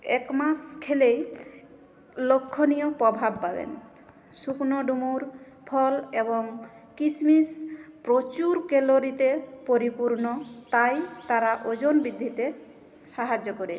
এক মাস খেলেই লক্ষ্যনীয় প্রভাব পাবেন শুকনো ডুমুর ফল এবং কিশমিশ প্রচুর ক্যালোরিতে পরিপূর্ণ তাই তারা ওজন বৃদ্ধিতে সাহায্য করে